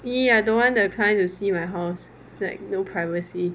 !ee! I don't want the client to see my house like no privacy